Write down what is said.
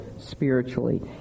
spiritually